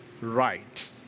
right